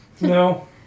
No